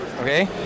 Okay